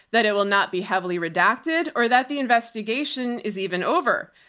that it will not be heavily redacted or that the investigation is even over.